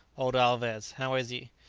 old alvez how is he?